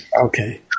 Okay